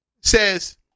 Says